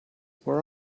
where